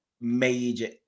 major